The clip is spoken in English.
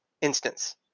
instance